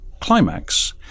climax